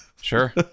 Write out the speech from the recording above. sure